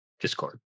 Discord